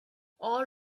all